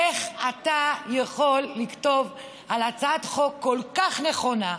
איך אתה יכול לכתוב על הצעת חוק כל כך נכונה,